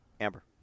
Amber